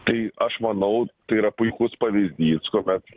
tai aš manau tai yra puikus pavyzdys kuomet